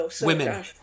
women